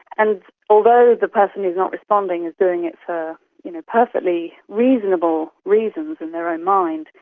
and although the person who is not responding is doing it for you know perfectly reasonable reasons in their own mind,